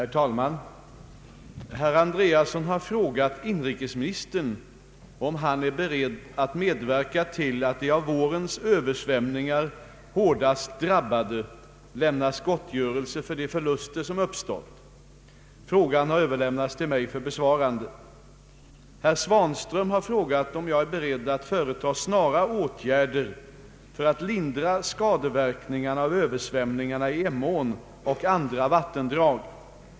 Herr talman! Herr Andreasson har frågat inrikesministern om han är beredd att medverka till att de av vårens översvämningar hårdast drabbade lämnas gottgörelse för de förluster som uppstått. Frågan har överlämnats till mig för besvarande. Herr Svanström har frågat om jag är beredd att företa snara åtgärder för att lindra skadeverkningarna av översvämningarna i Emån och andra vattendrag.